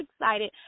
excited